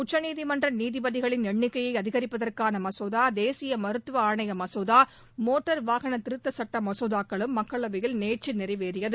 உச்சநீதிமன்ற நீதிபதிகளின் எண்ணிக்கையை அதிகரிப்பதற்கான மசோதா தேசிய மருத்துவ ஆணைய மசோதா மோட்டர் வாகன திருத்த சட்ட மசோதாக்களும் மக்களவையில் நேற்று நிறைவேறியது